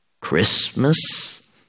Christmas